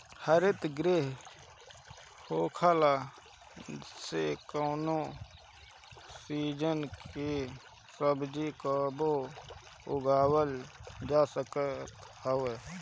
हरितगृह होखला से कवनो सीजन के सब्जी कबो उगावल जा सकत हवे